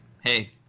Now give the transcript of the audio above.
hey